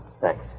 Thanks